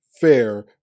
fair